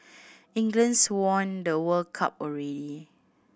England's won the World Cup already